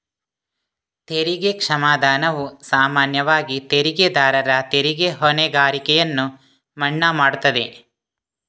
ತೆರಿಗೆ ಕ್ಷಮಾದಾನವು ಸಾಮಾನ್ಯವಾಗಿ ತೆರಿಗೆದಾರರ ತೆರಿಗೆ ಹೊಣೆಗಾರಿಕೆಯನ್ನು ಮನ್ನಾ ಮಾಡುತ್ತದೆ